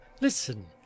listen